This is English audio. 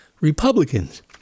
Republicans